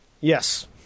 Yes